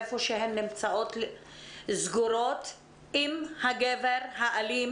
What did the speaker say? איפה שהן נמצאות סגורות עם הגבר האלים